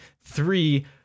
three